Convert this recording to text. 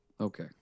Okay